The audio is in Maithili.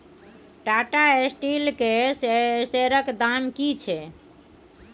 टाटा स्टील केर शेयरक दाम की छै?